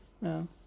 no